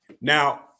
Now